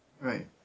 Right